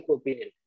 opinion